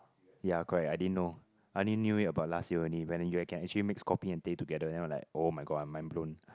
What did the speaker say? ya correct I didn't know I only knew it about last year only when you can actually mix kopi and teh together then I'm like oh-my-god I'm mind blown